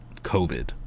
covid